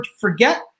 forget